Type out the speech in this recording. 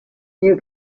you